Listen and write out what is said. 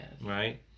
right